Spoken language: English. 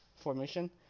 formation